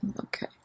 Okay